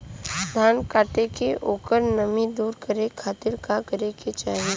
धान कांटेके ओकर नमी दूर करे खाती का करे के चाही?